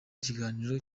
ikiganiro